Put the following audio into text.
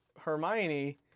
hermione